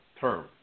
term